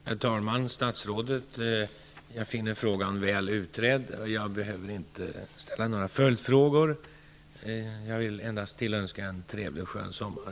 Herr talman! Jag tackar statsrådet för svaret. Jag finner frågan väl utredd, och jag behöver inte ställa några följdfrågor. Jag vill endast tillönska en trevlig och skön sommar.